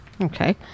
Okay